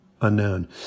Unknown